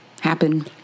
happen